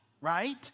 right